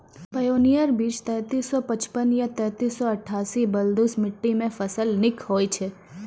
Pioneer बीज तेंतीस सौ पचपन या तेंतीस सौ अट्ठासी बलधुस मिट्टी मे फसल निक होई छै?